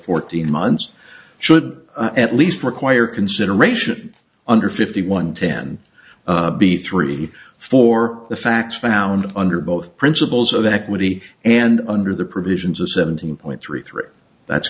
fourteen months should at least require consideration under fifty one ten b three for the facts found under both principles of equity and under the provisions of seventeen point three three that's